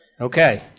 Okay